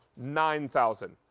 nine thousand.